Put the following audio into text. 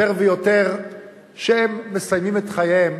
יותר ויותר מסיימים את חייהם,